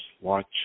watch